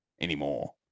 anymore